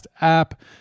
app